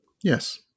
Yes